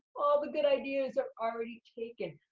the good ideas are already taken.